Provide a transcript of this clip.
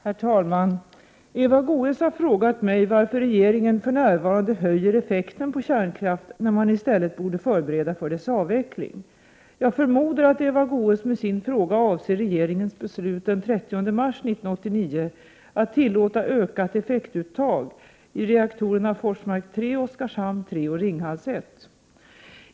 Herr talman! Eva Goés har frågat mig varför regeringen för närvarande höjer effekten på kärnkraft när man i stället borde förbereda för dess avveckling. Jag förmodar att Eva Goös med sin fråga avser regeringens beslut den 30 mars 1989 att tillåta ökat effektuttag i reaktorerna Forsmark 3, Oskarshamn 3 och Ringhals 1.